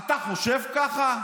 אתה חושב ככה?